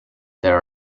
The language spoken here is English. there